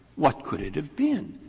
what could it have been?